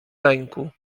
lęku